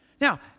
Now